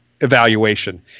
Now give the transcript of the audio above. evaluation